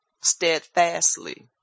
steadfastly